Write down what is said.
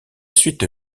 suite